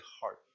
heart